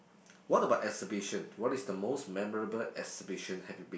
what about exhibition what is the most memorable exhibition have you been